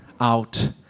out